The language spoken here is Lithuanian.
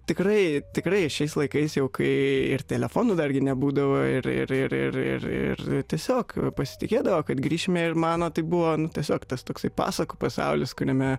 tikrai tikrai šiais laikais jau kai ir telefonų dar gi nebūdavo ir ir ir ir ir ir tiesiog pasitikėdavo kad grįšime ir mano tai buvo nu tiesiog tas toksai pasakų pasaulis kuriame